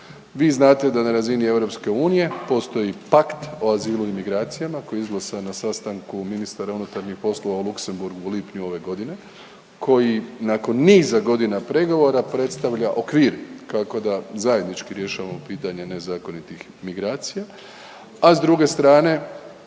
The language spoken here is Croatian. Vi znate da na razini EU postoji pakt o azilu i migracijama koji je izglasan na sastanku ministara unutarnjih poslova u Luksemburgu u lipnju ove godine koji nakon niza godina pregovora predstavlja okvir kako da zajednički rješavamo pitanje nezakonitih migracija, a s druge strane,